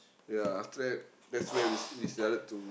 ya after that that's where we we started to